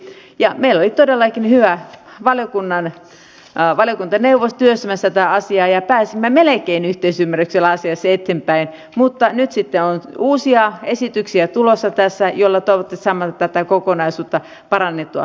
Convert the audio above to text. meillä oli todellakin hyvä valiokuntaneuvos työstämässä tätä asiaa ja pääsimme melkein yhteisymmärryksellä asiassa eteenpäin mutta nyt sitten on uusia esityksiä tulossa tässä joilla toivottavasti saamme tätä kokonaisuutta parannettua vielä eteenpäin